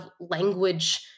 language